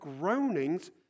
groanings